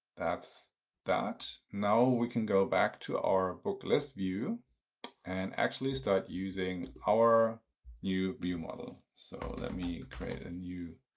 that's that. now, we can go back to our book list view and actually start using our new view model. so let me create a new